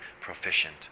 proficient